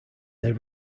they